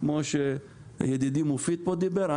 כמו שידידי מופיד פה דיבר,